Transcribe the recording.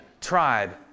tribe